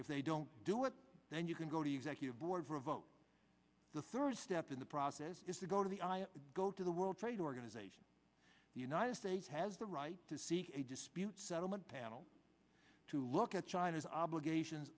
if they don't do it then you can go to executive board for a vote the third step in the process is to go to the i go to the world trade organization the united states has the right to seek a dispute settlement panel to look at china's obligations